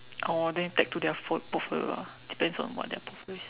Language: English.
oh then tag to their fol~ portfolio ah depends on what their portfolio is